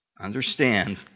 Understand